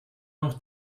noch